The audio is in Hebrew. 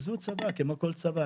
זו צוואה כמו כל צוואה.